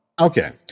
Okay